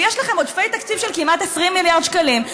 ויש לכם עודפי תקציב של 20 מיליארד שקלים,